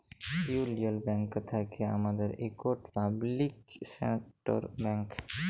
ইউলিয়ল ব্যাংক থ্যাকে ভারতের ইকট পাবলিক সেক্টর ব্যাংক